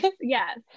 yes